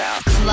Club